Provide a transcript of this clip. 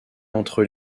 entre